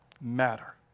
matter